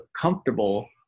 comfortable